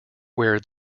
where